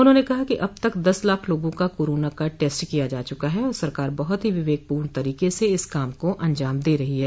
उन्होंने कहा कि अब तक दस लाख लोगों का कोरोना का टेस्ट किया जा चुका है और सरकार बहुत ही विवेकपूर्ण तरीके से इस काम को अंजाम दे रही है